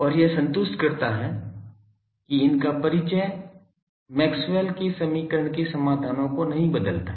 और यह संतुष्ट करता है कि इनका परिचय मैक्सवेल के समीकरण के समाधानों को नहीं बदलता है